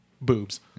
boobs